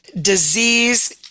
disease